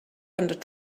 hundred